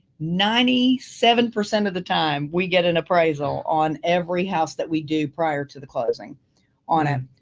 ninety seven percent of the time, we get an appraisal on every house that we do prior to the closing on it.